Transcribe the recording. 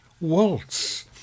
Waltz